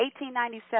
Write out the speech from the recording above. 1897